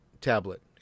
tablet